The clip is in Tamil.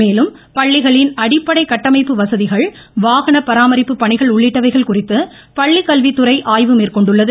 மேலும் பள்ளிகளின் அடிப்படை கட்டமைப்பு வசதிகள் வாகன பராமரிப்புப் பணிகள் உள்ளிட்டவைகள் குறித்து பள்ளி கல்வித்துறை மேற்கொண்டுள்ளது